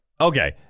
okay